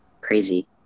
crazy